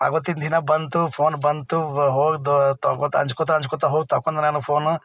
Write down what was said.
ಆವತ್ತಿನ ದಿನ ಬಂತು ಫೋನ್ ಬಂತು ಹೊ ತಗೊಳ್ತಾ ಅಂಜ್ಕೊಳ್ತಾ ಅಂಜ್ಕೊಳ್ತಾ ಹೋಗಿ ತಗೊಂಡು ನಾನು ಫೋನು